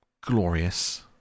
glorious